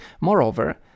Moreover